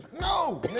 No